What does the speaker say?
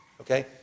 Okay